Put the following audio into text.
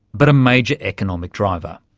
but a major economic driver.